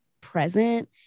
present